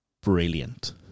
brilliant